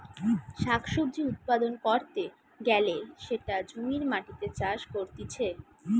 শাক সবজি উৎপাদন ক্যরতে গ্যালে সেটা জমির মাটিতে চাষ করতিছে